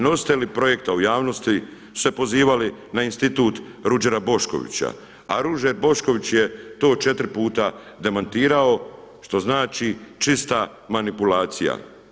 Nositelji projekta u javnosti su se pozivali na Institut Ruđera Boškovića, a Ruđer Bošković je to četiri puta demantirao, što znači čista manipulacija.